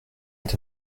est